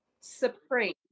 Supreme